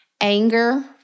anger